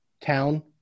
town